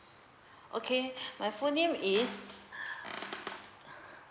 okay my full name is